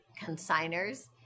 consigners